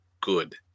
good